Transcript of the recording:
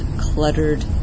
cluttered